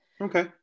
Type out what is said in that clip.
okay